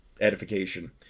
edification